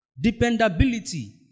dependability